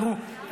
תראו,